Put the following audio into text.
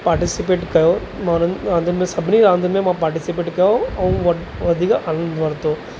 participate कयो मां हुननि रांदियुनि में सभिनी रांदियुनि में मां पाटिसिपेट कयो ऐं वधीक आनंदु वरितो